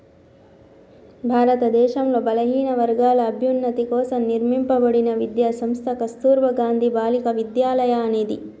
భారతదేశంలో బలహీనవర్గాల అభ్యున్నతి కోసం నిర్మింపబడిన విద్యా సంస్థ కస్తుర్బా గాంధీ బాలికా విద్యాలయ అనేది